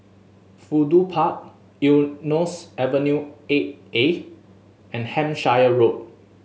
Fudu Park Eunos Avenue Eight A and Hampshire Road